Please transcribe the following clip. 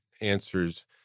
answers